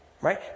right